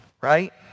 right